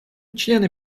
члены